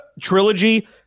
trilogy